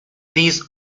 these